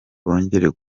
bongera